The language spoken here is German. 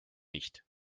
nicht